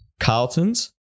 Carltons